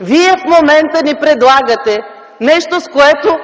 Вие в момента ни предлагате нещо, с което